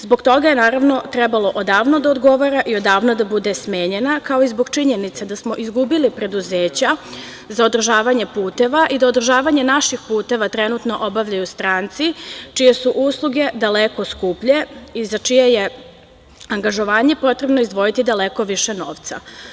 Zbog toga je, naravno, trebalo odavno da odgovara i odavno da bude smenjena, kao i zbog činjenice da smo izgubili preduzeća za održavanje puteva i da održavanje naših puteva trenutno obavljaju stranci čije su usluge daleko skuplje i za čije je angažovanje potrebno izdvojiti daleko više novca.